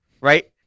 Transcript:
right